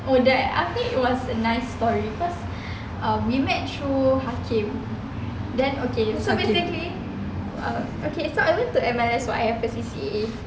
oh that afiq was a nice story cause um we met through hakim then okay so basically uh okay so I took for my C_C_A